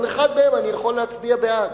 על אחד מהם אני יכול להצביע בעד,